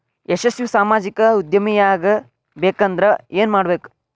ಯಶಸ್ವಿ ಸಾಮಾಜಿಕ ಉದ್ಯಮಿಯಾಗಬೇಕಂದ್ರ ಏನ್ ಮಾಡ್ಬೇಕ